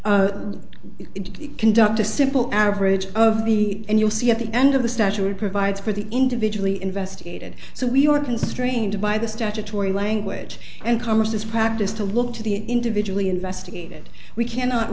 may conduct a simple average of the and you'll see at the end of the statute provides for the individually investigated so we are constrained by the statutory language and congress practice to look to the individually investigated we cannot